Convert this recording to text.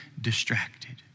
distracted